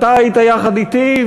אתה היית יחד אתי,